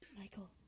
Michael